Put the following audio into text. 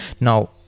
now